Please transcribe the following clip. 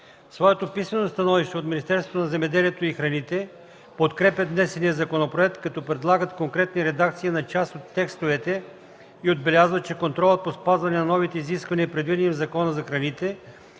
на земеделието и храните подкрепят внесения законопроект, като предлагат конкретни редакции на част от текстовете и отбелязват, че контролът по спазване на новите изисквания, предвидени в Закона за храните,